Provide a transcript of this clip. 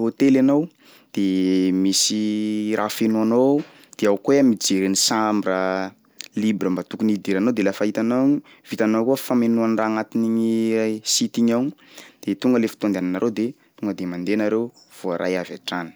hôtely anao de misy raha fenoanao ao de ao koa iha mijery ny chambre libre mba tokony hidiranao de lafa hitanao igny vitanao koa famenoa any raha agnatin'igny rai- site igny ao de tonga le fotoa andehananareo de tonga de mandeha nareo voaray avy hatrany.